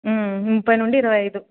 ముప్పై నుండి ఇరవై ఐదు